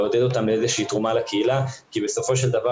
לעודד אותם לאיזושהי תרומה לקהילה כי בסופו של דבר